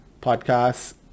Podcasts